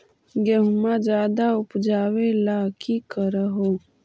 गेहुमा ज्यादा उपजाबे ला की कर हो?